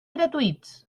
gratuïts